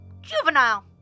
Juvenile